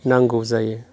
नांगौ जायो